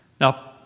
Now